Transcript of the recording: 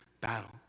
battle